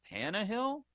Tannehill